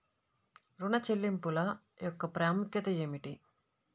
ఋణ చెల్లింపుల యొక్క ప్రాముఖ్యత ఏమిటీ?